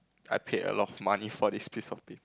I paid a lot of money for this piece of pa~